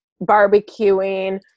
barbecuing